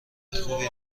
خوبی